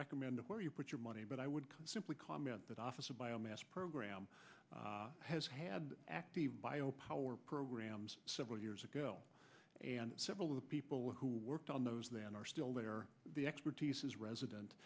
recommend where you put your money but i would simply comment that officer bio mass program has had active bio power programs several years ago and several of the people who worked on those then are still there the expertise is resident